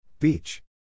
Beach